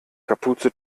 kapuze